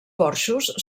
porxos